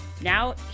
Now